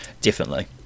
differently